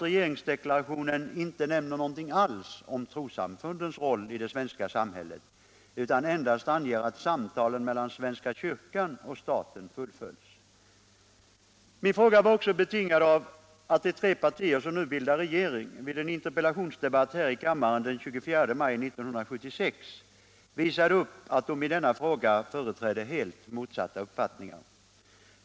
Regeringsdeklarationen nämner inte någonting alls om trossamfundens roll i det svenska samhället utan anger endast att samtalen mellan svenska kyrkan och staten fullföljs. Min fråga var också betingad av att de tre partier som nu bildar regering vid en interpellationsdebatt här i kammaren den 24 maj 1976 visade upp att de i denna fråga företräder helt motsatta uppfattningar.